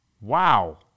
Wow